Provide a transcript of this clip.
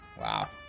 Wow